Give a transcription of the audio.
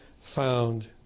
found